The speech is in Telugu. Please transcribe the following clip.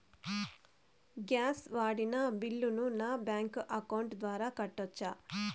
గ్యాస్ వాడిన బిల్లును నా బ్యాంకు అకౌంట్ ద్వారా కట్టొచ్చా?